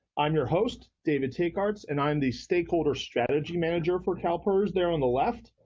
i'm your host, david teykaerts, and i'm the stakeholder strategy manager for calpers there on the left.